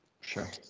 Sure